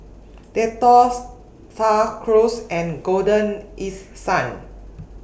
Dettol STAR Cruise and Golden East Sun